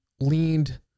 leaned